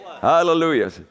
Hallelujah